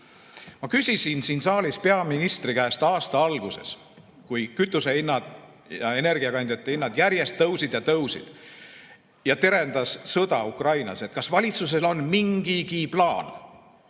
Ma küsisin siin saalis peaministri käest aasta alguses, kui kütusehinnad ja energiakandjate hinnad järjest tõusid ja tõusid ja terendas sõda Ukrainas, kas valitsusel on mingigi plaan,